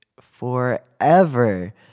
forever